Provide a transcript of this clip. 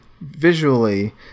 visually